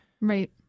Right